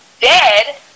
dead